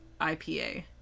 IPA